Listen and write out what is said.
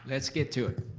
let's get to it.